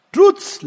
Truth's